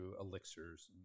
elixirs